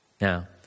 Now